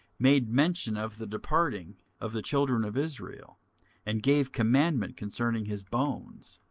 made mention of the departing of the children of israel and gave commandment concerning his bones.